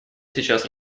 сейчас